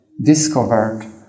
discovered